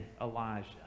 Elijah